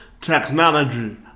technology